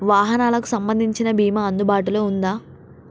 వాహనాలకు సంబంధించిన బీమా అందుబాటులో ఉందా?